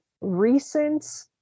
recent